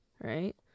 right